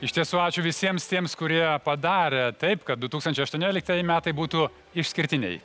iš tiesų ačiū visiems tiems kurie padarė taip kad du tūkstančiai aštuonioliktieji metai būtų išskirtiniai